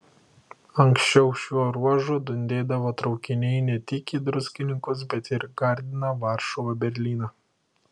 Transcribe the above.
anksčiau šiuo ruožu dundėdavo traukiniai ne tik į druskininkus bet ir į gardiną varšuvą berlyną